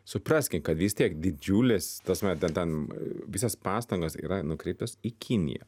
supraskim kad vis tiek didžiulis ta prasme ten ten visas pastangos yra nukreiptos į kiniją